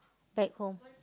back home